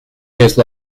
case